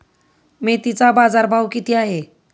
मेथीचा बाजारभाव किती आहे?